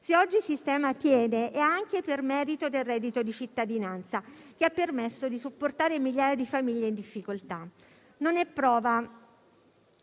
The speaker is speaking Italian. Se oggi il sistema tiene, è anche per merito del reddito di cittadinanza, che ha permesso di supportare migliaia di famiglie in difficoltà. Ne è prova